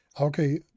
Okay